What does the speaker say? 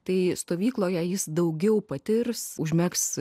tai stovykloje jis daugiau patirs užmegs